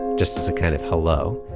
just as a kind of hello.